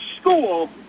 school